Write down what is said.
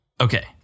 Okay